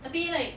tapi like